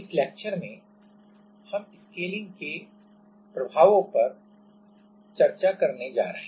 इस व्याख्यान में हम स्केलिंग के प्रभावों पर चर्चा करने जा रहे हैं